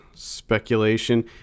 speculation